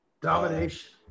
Domination